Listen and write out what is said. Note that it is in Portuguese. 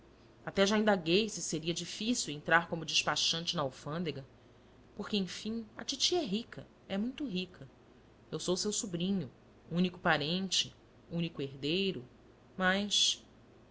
até já indaguei se seria difícil entrar como despachante na alfândega porque enfim a titi é rica é muito rica eu sou seu sobrinho único parente único herdeiro mas